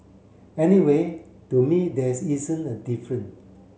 anyway to me there's isn't a different